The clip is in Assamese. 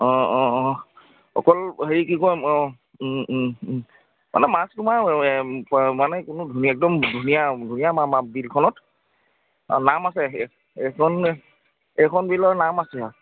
অঁ অঁ অ' অকল হেৰি কি কয় অঁ মানে মাছ তোমাৰ মানে কোনো ধুনীয়া একদম ধুনীয়া ধুনীয়া মা বিলখনত নাম আছে এইখন এইখন বিলৰ নাম আছে